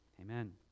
amen